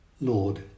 Lord